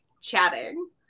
chatting